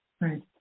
Right